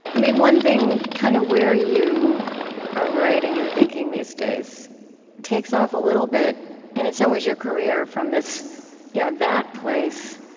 one thing kind of where you are writing and thinking these days takes off a little bit and in some ways, your career from this yeah that place,